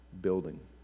building